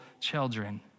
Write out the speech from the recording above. children